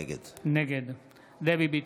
נגד דבי ביטון,